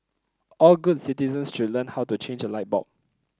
all good citizens should learn how to change a light bulb